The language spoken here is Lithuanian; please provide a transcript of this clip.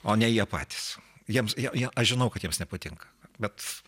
o ne jie patys jiems jo jo aš žinau kad jiems nepatinka bet